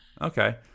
Okay